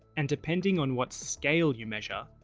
and depending on what scale you measure,